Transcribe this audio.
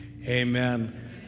Amen